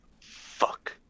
Fuck